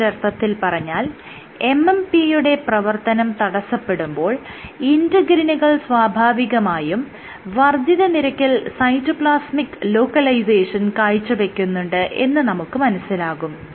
മറ്റൊരർത്ഥത്തിൽ പറഞ്ഞാൽ MMP യുടെ പ്രവർത്തനം തടസ്സപ്പെടുമ്പോൾ ഇന്റെഗ്രിനുകൾ സ്വാഭാവികമായും വർദ്ധിത നിരക്കിൽ സൈറ്റോപ്ലാസ്മിക് ലോക്കലൈസേഷൻ കാഴ്ചവെക്കുന്നുണ്ട് എന്ന് നമുക്ക് മനസ്സിലാകും